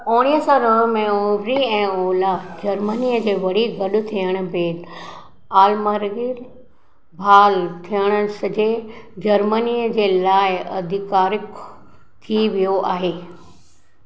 उणिवीह सौ नव में ओभिरी ऐं ओलह जर्मनी जे वरी गडु॒ थियणु बैदि आलमगीर हाल थियणु सजे॒ जर्मनी जे लाइ अधिकारिक थी वियो आहे